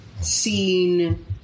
seen